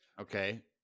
Okay